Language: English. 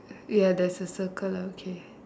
ya there's a circle lah okay